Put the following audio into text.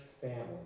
family